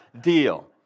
deal